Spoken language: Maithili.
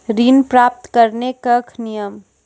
ऋण प्राप्त करने कख नियम?